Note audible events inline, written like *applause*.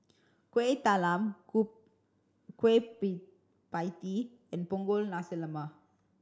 Kuih Talam *unintelligible* kueh *unintelligible* pie tee and Punggol Nasi Lemak